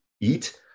eat